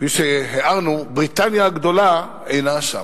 כפי שהערנו, בריטניה הגדולה אינה שם,